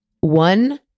one